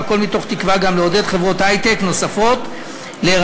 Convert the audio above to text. והכול מתוך תקווה גם לעודד חברות היי-טק נוספות להירשם